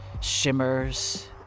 shimmers